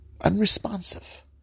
unresponsive